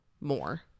more